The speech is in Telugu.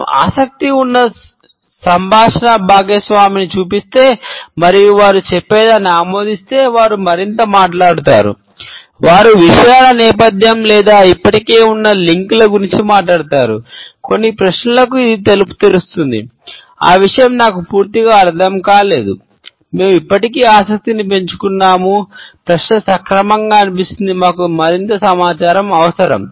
మనం ఆసక్తి ఉన్న సంభాషణ భాగస్వామిని అనిపిస్తుంది మాకు మరింత సమాచారం అవసరం